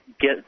get –